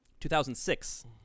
2006